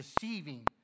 deceiving